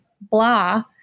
blah